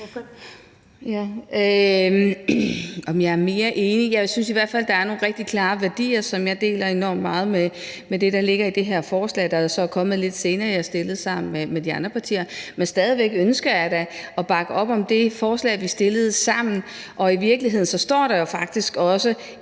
fald, at der er nogle rigtigt klare værdier, som jeg deler enormt meget med det, der ligger i det her forslag, der jo så er kommet lidt senere end det, jeg har stillet sammen med de andre partier. Men stadig væk ønsker jeg da at bakke op om det forslag, vi stillede sammen. Og i virkeligheden står der jo faktisk også